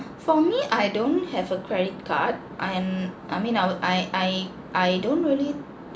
for me I don't have a credit card I and I mean I would I I I don't really